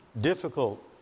difficult